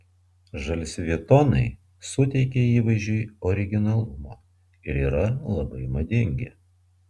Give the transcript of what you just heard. žalsvi tonai suteikia įvaizdžiui originalumo ir yra labai madingi